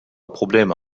probleme